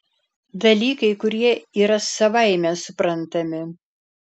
dalykai kurie yra savaime suprantami